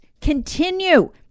continue